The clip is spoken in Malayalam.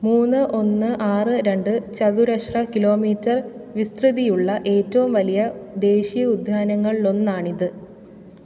മൂന്ന് ഒന്ന് ആറ് രണ്ട് ചതുരശ്ര കിലോമീറ്റർ വിസ്തൃതിയുള്ള ഏറ്റവും വലിയ ദേശീയോ ഉദ്യാനങ്ങളിലൊന്നാണിത്